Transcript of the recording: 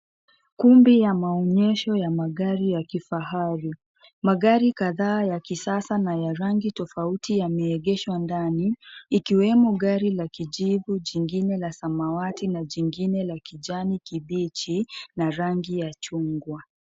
Kumbi ya maonyesho ya magari ya kifahari. Magari kadhaa ya kisasa na ya rangi tofauti yameegeshwa ndani, ikiwemo gari la kijivu, jingine la samawati na jingine la kijani kibichi, na rangi ya chungwa.